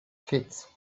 fits